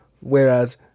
whereas